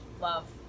love